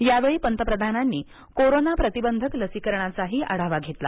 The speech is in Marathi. यावेळी पंतप्रधानांनी कोरोना प्रतिबंधक लसीकरणाचाही आढावा घेतला